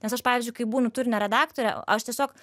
nes aš pavyzdžiui kai būnu turinio redaktore aš tiesiog